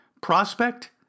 Prospect